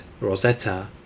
ROSETTA